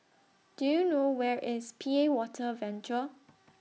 Do YOU know Where IS P A Water Venture